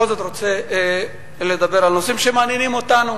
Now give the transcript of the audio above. אני בכל זאת רוצה לדבר על נושאים שמעניינים אותנו,